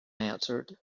answered